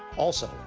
also,